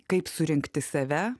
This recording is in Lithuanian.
kaip surinkti save